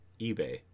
ebay